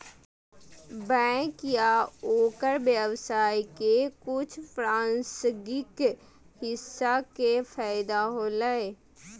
bank या ओकर व्यवसाय के कुछ प्रासंगिक हिस्सा के फैदा होलय